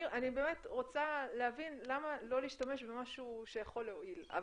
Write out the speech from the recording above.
אני באמת רוצה להבין למה לא להשתמש במשהו שיכול להועיל.